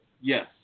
Yes